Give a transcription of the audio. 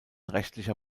rechtlicher